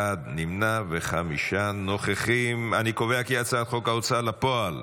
ההצעה להעביר את הצעת חוק ההוצאה לפועל